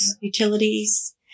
utilities